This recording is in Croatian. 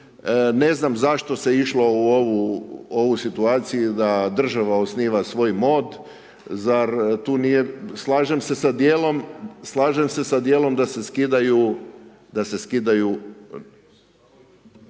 ne znam zašto se išlo u ovu situaciju da država osniva svoj mod, zar tu nije, slažem se sa dijelom da se skidaju,